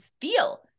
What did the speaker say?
feel